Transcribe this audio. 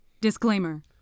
Disclaimer